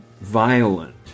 violent